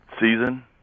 season